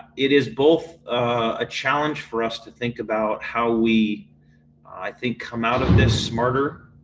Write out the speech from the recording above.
it is both a a challenge for us to think about how we i think come out of this smarter,